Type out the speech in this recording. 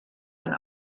ein